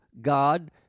God